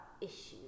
issues